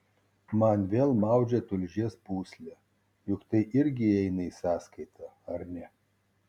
man vėl maudžia tulžies pūslę juk tai irgi įeina į sąskaitą ar ne